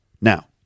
now